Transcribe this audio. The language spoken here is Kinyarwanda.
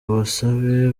busabe